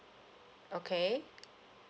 okay